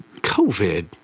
covid